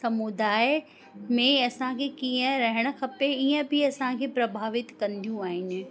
समुदाय में असांखे कीअं रहणु खपे इअं बि असांखे प्रभावित कंदियूं आहिनि